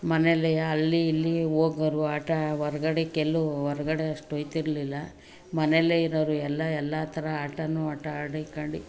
ಮನೆಯಲ್ಲಿ ಅಲ್ಲಿ ಇಲ್ಲಿ ಹೋಗೋರು ಆಟ ಹೊರ್ಗಡೆಗೆಲ್ಲೂ ಹೊರ್ಗಡೆ ಅಷ್ಟು ಹೋಗ್ತಿರ್ಲಿಲ್ಲ ಮನೆಯಲ್ಲೇ ಇರೋರು ಎಲ್ಲ ಎಲ್ಲ ಥರ ಆಟವೂ ಆಟ ಆಡ್ಕೊಂಡು